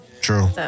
True